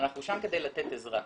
אנחנו שם כדי לתת עזרה.